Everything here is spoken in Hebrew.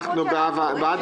בעד